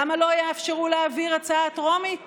למה לא יאפשרו להעביר הצעה טרומית